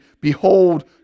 behold